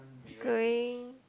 who's going